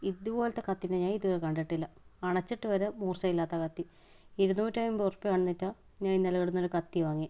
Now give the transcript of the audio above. ഇതുപോലെത്തെ കത്തീനെ ഞാൻ ഇതുവരെ കണ്ടിട്ടില്ല അണച്ചിട്ട് വരെ മൂർച്ചയില്ലാത്ത കത്തി ഇരുനൂറ്റി അൻപത് റുപ്പിക കൊടുത്തിട്ടാണ് ഞാൻ ഇന്നലെ ഇവിടെനിന്നൊരു കത്തി വാങ്ങിയത്